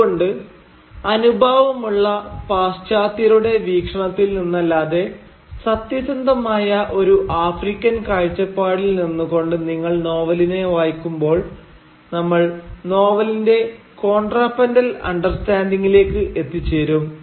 അതുകൊണ്ട് അനുഭാവമുള്ള പാശ്ചാത്യരുടെ വീക്ഷണത്തിൽ നിന്നല്ലാതെ സത്യസന്ധമായ ഒരു ആഫ്രിക്കൻ കാഴ്ചപ്പാടിൽ നിന്ന് കൊണ്ട് നിങ്ങൾ നോവലിനെ വായിക്കുമ്പോൾ നമ്മൾ നോവലിന്റെ കോൺട്രാപ്പന്റൽ അണ്ടർസ്റ്റാൻഡിങ്ങിലേക്ക് എത്തിച്ചേരും